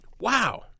Wow